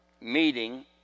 meeting